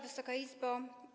Wysoka Izbo!